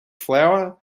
flour